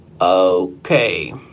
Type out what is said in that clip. Okay